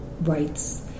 rights